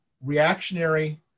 reactionary